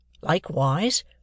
Likewise